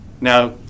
Now